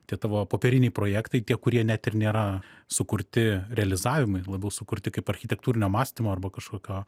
tie tavo popieriniai projektai kurie net ir nėra sukurti realizavimui labiau sukurti kaip architektūrinio mąstymo arba kažkokio